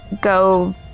go